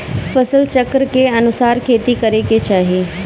फसल चक्र के अनुसार खेती करे के चाही